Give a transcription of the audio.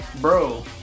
Bro